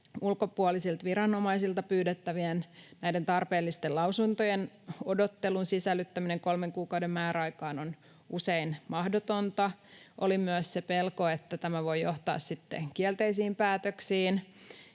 Ulkopuolisilta viranomaisilta pyydettävien tarpeellisten lausuntojen odottelun sisällyttäminen kolmen kuukauden määräaikaan on usein mahdotonta. Oli myös se pelko, että tämä voi johtaa kielteisiin päätöksiin,